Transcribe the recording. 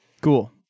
Cool